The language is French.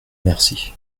merci